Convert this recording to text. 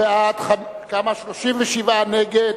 19 בעד, 37 נגד,